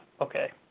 Okay